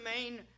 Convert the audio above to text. main